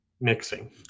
mixing